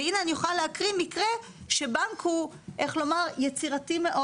ואני יכולה להקריא מקרה שהבנק הוא יצירתי מאוד.